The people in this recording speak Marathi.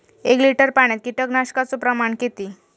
एक लिटर पाणयात कीटकनाशकाचो प्रमाण किती?